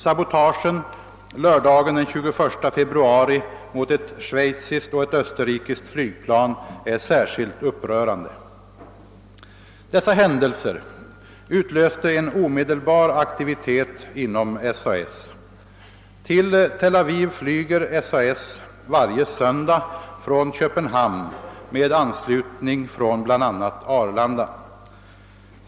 Sabotagen lördagen den 21 februari mot ett schweiziskt och ett österrikiskt flygplan är särskilt upprörande. Dessa händelser utlöste en omedelbar aktivitet inom SAS. Till Tel Aviv flyger SAS varje söndag från Köpenhamn med anslutning från bl.a. Arlanda.